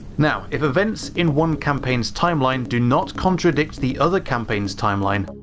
now, if events in one campaign's timeline do not contradict the other campaign's timeline,